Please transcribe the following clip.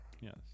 Yes